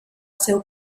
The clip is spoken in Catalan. seu